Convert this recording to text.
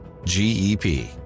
GEP